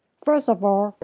first of all,